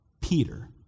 Peter